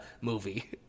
movie